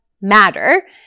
matter